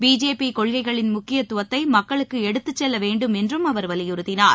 BJP கொள்கைகளின் முக்கியத்துவத்தை மக்களுக்கு எடுத்துச்செல்லவேண்டும் என்றும் அவர் வலியுறுத்தினார்